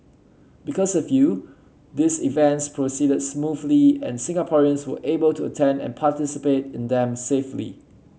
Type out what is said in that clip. because of you these events proceeded smoothly and Singaporeans were able to attend and participate in them safely